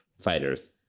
fighters